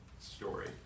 story